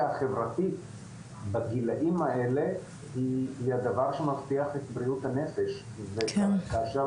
החברתית בגילאים האלה היא הדבר שמבטיח את בריאות הנפש וכאשר